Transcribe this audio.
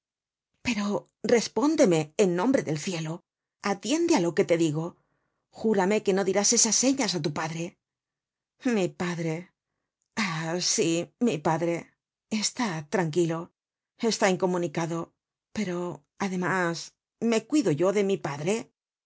pero respóndeme en nombre del cielo atiende á lo que te digo júrame que no dirás esas señas á tu padre mi padre ah sí mi padre estad tranquilo está incomunicado pero además me cuido yo de mi padre